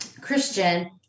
Christian